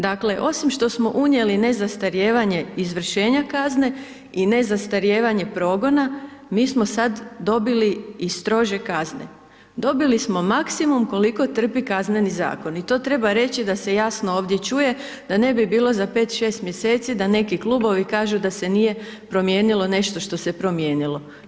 Dakle, osim što smo unijeli ne zastarijevanje izvršenja kazne i ne zastarijevanje progona mi smo sad dobili i strože kazne, dobili smo maksimum koliko trpi Kazneni zakon i to treba reći da se jasno ovdje čuje da ne bi bilo za 5, 6 mjeseci da neki klubovi kažu da se nije promijenilo nešto što se promijenilo.